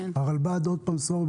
שוב סליחה.